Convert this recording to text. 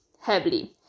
heavily